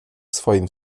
swoim